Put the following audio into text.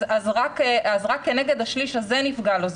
אז רק כנגד השליש הזה נפגע לו.